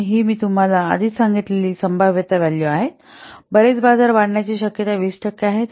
आणि ही मी तुम्हाला आधीच सांगितलेली संभाव्यता व्हॅलू आहेत बरेच बाजार वाढण्याची शक्यता 20 टक्के आहे